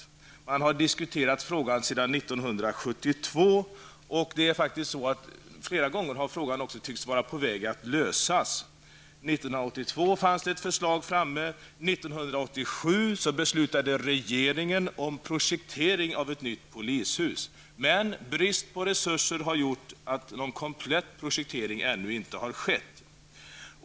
Frågan har diskuterats sedan 1972, och flera gånger har den faktiskt också varit på väg att lösas. 1982 fanns ett förslag framme. 1987 beslutade regeringen om projektering av ett nytt polishus, men brist på resurser har gjort att någon komplett projektering ännu inte har skett.